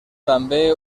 també